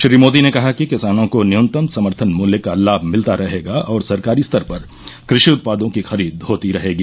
श्री मोदी ने कहा कि किसानों को न्यूनतम सम्थन मूल्य का लाभ मिलता रहेगा और सरकारी स्तर पर कृषि उत्पादों की खरीद होती रहेगी